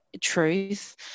truth